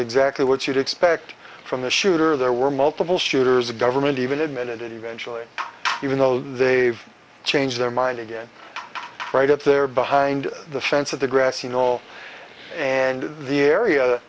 exactly what you'd expect from the shooter there were multiple shooters the government even admitted it eventually even though they've changed their mind again right up there behind the fence of the grassy knoll and the area